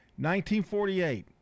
1948